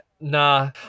nah